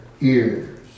ears